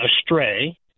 astray